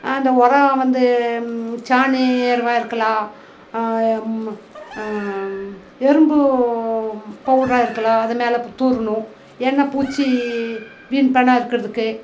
அந்த உரம் வந்து சாணி எருவாக இருக்கலாம் எறும்பு பவுட்ராக இருக்கலாம் அது மேலே தூவணும் ஏன்னா பூச்சி வீண் பண்ணாம இருக்கிறதுக்கு